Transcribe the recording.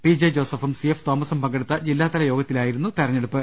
P J ജോസഫും C F തോമസും പങ്കെടുത്ത ജില്ലാതല യോഗത്തിലായിരുന്നു തെരഞ്ഞെടുപ്പ്